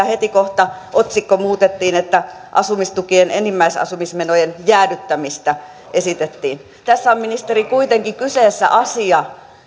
heti kohta otsikko muutettiin että asumistukien enimmäisasumismenojen jäädyttämistä esitettiin tässä on ministeri kuitenkin kyseessä asia